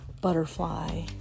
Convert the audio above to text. Butterfly